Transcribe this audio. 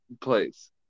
place